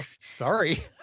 Sorry